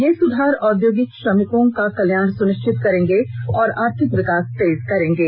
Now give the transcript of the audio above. ये सुधार औद्योगिक श्रमिकों का कल्याण सुनिश्चित करेंगे और आर्थिक विकास तेज करेंगे